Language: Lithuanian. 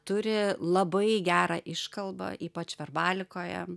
turi labai gerą iškalbą ypač verbalikoje